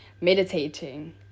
meditating